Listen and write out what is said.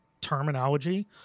terminology